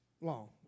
long